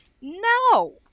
No